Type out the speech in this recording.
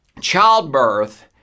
childbirth